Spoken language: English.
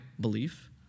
belief